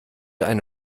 eine